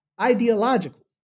ideological